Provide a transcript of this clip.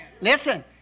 Listen